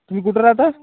तुम्ही कुठं राहता